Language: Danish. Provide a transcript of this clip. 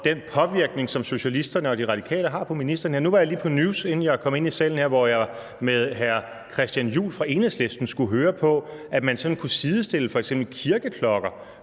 den påvirkning, som socialisterne og De Radikale har på ministeren. Nu var jeg lige på News, inden jeg kom ind i salen her, hvor jeg med hr. Christian Juhl fra Enhedslisten skulle høre på, at man sådan kunne sidestille f.eks. kirkeklokker